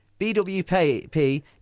BWP